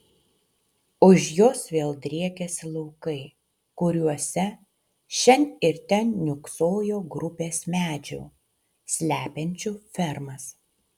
už jos vėl driekėsi laukai kuriuose šen ir ten niūksojo grupės medžių slepiančių fermas